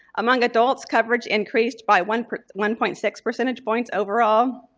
among adults, coverage increased by one one point six percentage points overall.